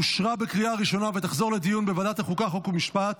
לוועדת החוקה, חוק ומשפט